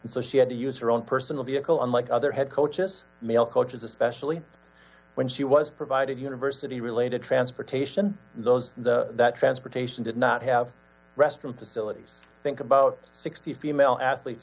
it's so she had to use her own personal vehicle unlike other head coaches male coaches especially when she was provided university related transportation those that transportation did not have restroom facilities think about sixty female athletes